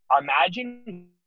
imagine